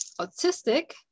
autistic